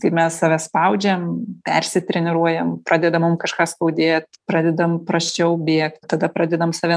tai mes save spaudžiam persitreniruojam pradeda mum kažką skaudėt pradedam prasčiau bėgt tada pradedam save